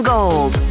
Gold